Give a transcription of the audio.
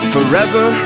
Forever